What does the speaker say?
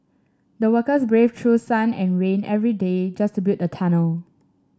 the workers braved through sun and rain every day just to build the tunnel